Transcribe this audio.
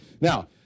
Now